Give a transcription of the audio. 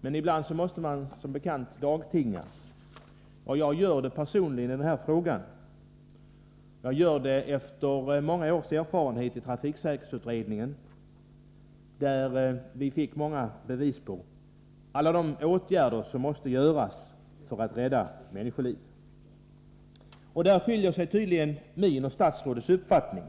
men ibland måste man som bekant dagtinga. Jag gör det personligen i den här frågan, och jag gör det efter många års erfarenhet i trafiksäkerhetsutredningen, där vi fått många belägg för att åtgärder måste vidtas för att rädda människoliv. Här skiljer sig tydligen statsrådets och min uppfattning.